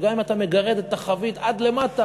וגם אם אתה מגרד את החבית עד למטה,